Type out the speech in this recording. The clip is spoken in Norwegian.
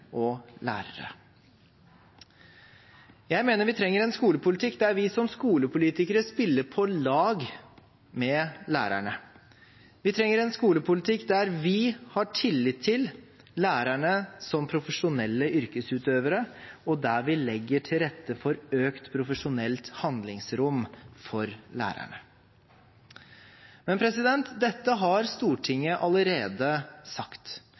og lærere. Jeg mener vi trenger en skolepolitikk der vi som skolepolitikere spiller på lag med lærerne. Vi trenger en skolepolitikk der vi har tillit til lærerne som profesjonelle yrkesutøvere, og der vi legger til rette for et økt profesjonelt handlingsrom for lærerne. Men dette har Stortinget allerede sagt.